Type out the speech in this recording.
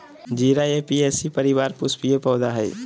जीरा ऍपियेशी परिवार पुष्पीय पौधा हइ